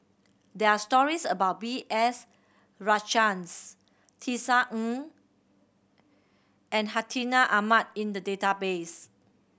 there are stories about B S Rajhans Tisa Ng and Hartinah Ahmad in the database